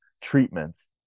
treatments